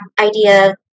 idea